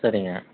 சரிங்க